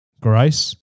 grace